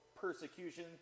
persecution